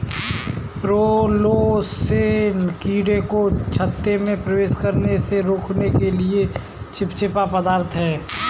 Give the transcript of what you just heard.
propolis कीड़ों को छत्ते में प्रवेश करने से रोकने के लिए चिपचिपा पदार्थ है